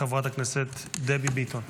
חברת הכנסת דבי ביטון.